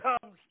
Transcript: comes